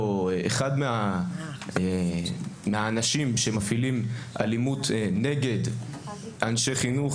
או אחד מהאנשים שמפעילים אלימות נגד אנשי חינוך,